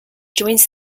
joins